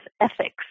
ethics